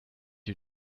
you